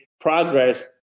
progress